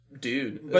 Dude